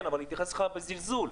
אבל להתייחס אליך בזלזול.